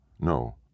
No